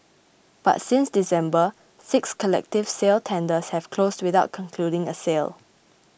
but since December six collective sale tenders have closed without concluding a sale